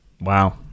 Wow